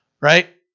right